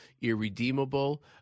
irredeemable